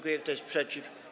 Kto jest przeciw?